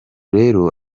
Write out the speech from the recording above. rero